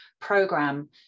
program